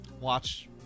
watch